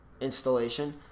installation